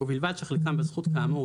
ובלבד שחלקם בזכות כאמור,